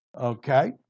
okay